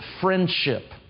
friendship